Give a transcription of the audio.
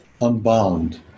unbound